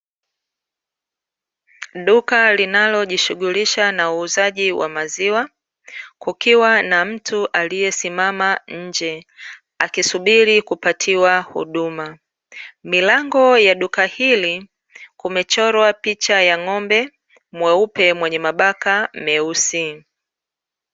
Duka linalojishughulisha na uuzaji wa maziwa, kukiwa na mtu aliyiesimama nje, akisubiri kupatiwa huduma. Milango ya duka hili, kumechorwa picha ya ng'ombe mweupe mwenye mabaka meusi.